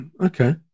okay